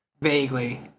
Vaguely